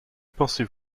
pensez